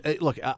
look